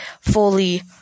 fully